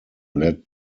led